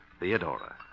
Theodora